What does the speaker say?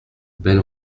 belle